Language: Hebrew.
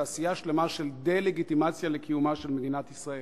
תעשייה שלמה של דה-לגיטימציה לקיומה של מדינת ישראל.